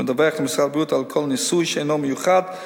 ומדווח למשרד הבריאות על כל "ניסוי שאינו מיוחד",